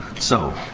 so.